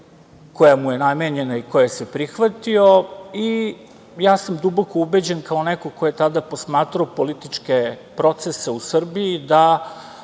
koja mu je namenjena i koje se prihvatio i ja sam duboko ubeđen kao neko ko je tada posmatrao političke procese u Srbiji da